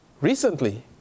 Recently